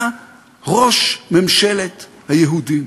אתה ראש ממשלת היהודים,